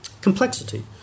Complexity